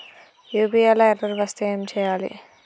UPI లా error వస్తే ఏం చేయాలి?